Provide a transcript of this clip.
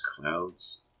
clouds